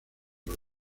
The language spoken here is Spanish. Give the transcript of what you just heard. los